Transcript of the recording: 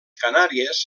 canàries